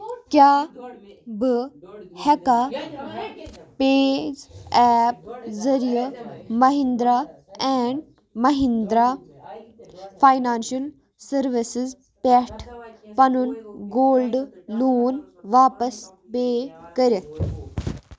کیٛاہ بہٕ ہٮ۪کا پے ایپ ذٔریعہٕ Mahindra and Mahindra financial services پٮ۪ٹھ پَنُن گولڈٕ لون واپس پے کٔرِتھ